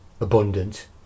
abundant